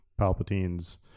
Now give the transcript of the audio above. Palpatine's